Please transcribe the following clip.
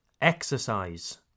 exercise